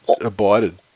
abided